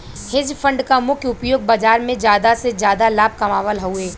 hedge fund क मुख्य उपयोग बाजार में जादा से जादा लाभ कमावल हउवे